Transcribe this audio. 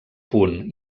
punt